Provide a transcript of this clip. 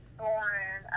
born